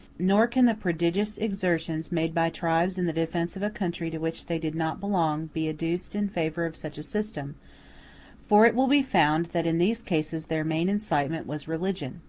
nor can the prodigious exertions made by tribes in the defence of a country to which they did not belong be adduced in favor of such a system for it will be found that in these cases their main incitement was religion.